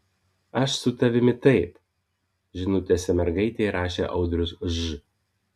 aš su tavimi taip žinutėse mergaitei rašė audrius ž